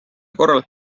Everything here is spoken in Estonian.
korral